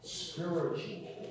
spiritual